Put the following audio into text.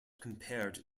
compared